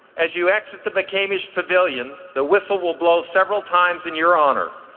as you exit the mccamish pavilion, the whistle will blow several times in your honor.